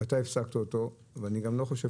ואתה הפסקת אותו ואני גם לא חושב